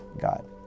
God